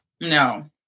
no